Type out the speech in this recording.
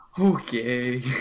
Okay